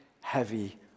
heavy